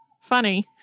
funny